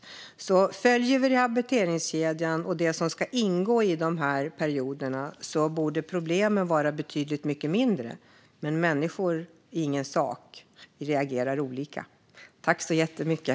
Om vi följde rehabiliteringskedjan och det som ska ingå i perioderna borde problemen vara betydligt mindre. Men människor är ingen sak, och vi reagerar olika. Tack så jättemycket!